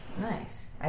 Nice